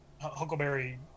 Huckleberry